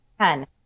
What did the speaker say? ten